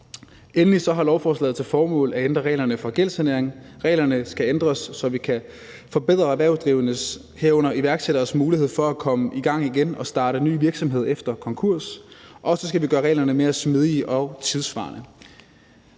Endelig har lovforslaget til formål at ændre reglerne for gældssanering. Reglerne skal ændres, så vi kan forbedre erhvervsdrivendes, herunder iværksætteres mulighed for at komme i gang igen og starte ny virksomhed efter konkurs, og så skal vi gøre reglerne mere smidige og tidssvarende.